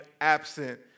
absent